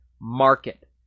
market